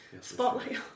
spotlight